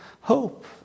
hope